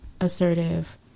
assertive